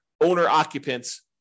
owner-occupants